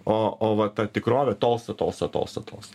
o o va ta tikrovė tolsta tolsta tolsta tolsta